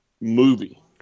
movie